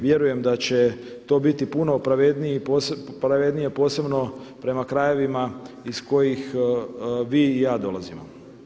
Vjerujem da će to biti puno pravednije posebno prema krajevima iz kojih vi i ja dolazimo.